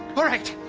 alright.